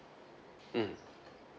mm